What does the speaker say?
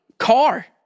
Car